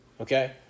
Okay